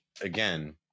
again